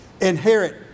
Inherit